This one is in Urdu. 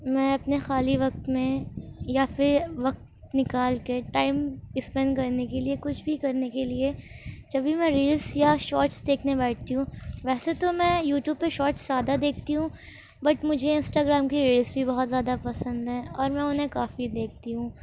میں اپنے خالی وقت میں یا پھر وقت نکال کے ٹائم اسپینڈ کرنے کے لیے کچھ بھی کرنے کے لیے جب بھی میں ریلز یا شارٹس دیکھنے بیٹھتی ہوں ویسے تو میں یوٹیوب پہ شارٹس زیادہ دیکھتی ہوں بٹ مجھے انسٹاگرام کی ریلز بھی بہت زیادہ پسند ہیں اور میں انہیں کافی دیکھتی ہوں